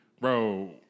bro